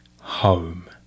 home